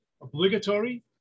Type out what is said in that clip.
obligatory